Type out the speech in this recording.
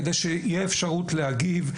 כדי שתהיה אפשרות להגיב.